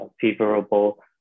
favorable